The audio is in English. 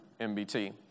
MBT